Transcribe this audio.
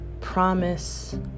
promise